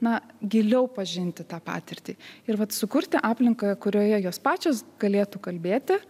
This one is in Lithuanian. na giliau pažinti tą patirtį ir vat sukurti aplinką kurioje jos pačios galėtų kalbėti